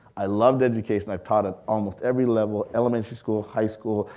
i loved education. i've taught at almost every level, elementary school, high school,